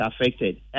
affected